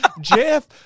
Jeff